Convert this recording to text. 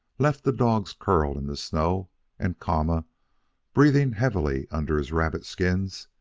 left the dogs curled in the snow and kama breathing heavily under his rabbit skins,